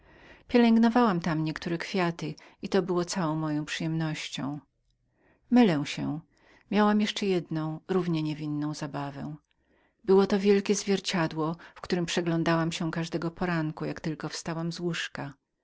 pielęgnowałam tam niektóre kwiaty i to było całą moją zabawą mylę się miałam jeszcze jedną równie niewinną zabawę było to wielkie zwierciadło w którem przeglądałam się każdego poranku a nawet jak tylko wstawałam z łóżka